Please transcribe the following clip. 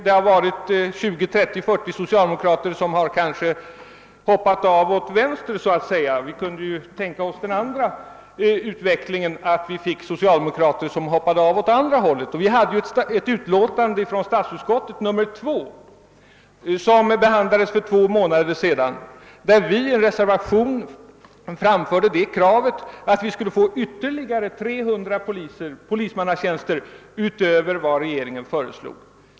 Det har varit 20—30—40 socialdemokrater som har hoppat av så att säga åt vänster men vi kunde ju tänka oss att några socialdemokrater någon gång hoppade av åt andra hållet. Vi behandlade för två månader sedan utlåtande nr 2 från statsutskottet. I en reservation framförde moderata samlingspartiet ett krav på ytterligare 300 polismannatjänster utöver vad regeringen föreslog.